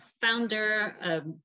founder